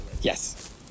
Yes